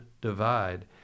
divide